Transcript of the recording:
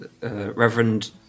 Reverend